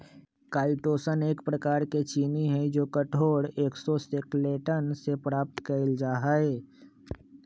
chitosan एक प्रकार के चीनी हई जो कठोर एक्सोस्केलेटन से प्राप्त कइल जा हई